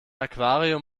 aquarium